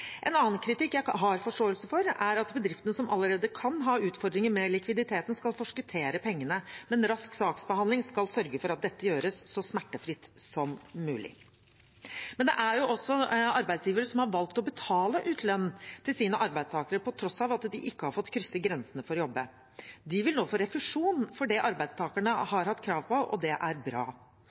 En annen kritikk jeg har forståelse for, er at bedriftene som allerede kan ha utfordringer med likviditeten, skal forskuttere pengene. Men rask saksbehandling skal sørge for at dette gjøres så smertefritt som mulig. Men det er jo også arbeidsgivere som har valgt å betale ut lønn til sine arbeidstakere, på tross av at de ikke har fått krysse grensen for å jobbe. De vil nå få refusjon for det arbeidstakerne har hatt krav på, og det er bra.